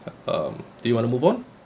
um do you want to move on